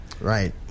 right